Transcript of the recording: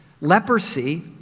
leprosy